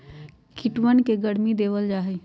कीटवन के गर्मी देवल जाहई